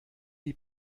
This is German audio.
die